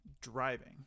driving